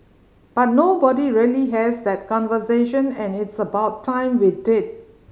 but nobody really has that conversation and it's about time we did